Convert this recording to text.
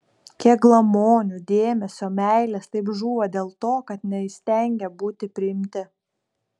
kiek glamonių dėmesio meilės taip žūva dėl to kad neįstengė būti priimti